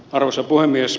arvoisa puhemies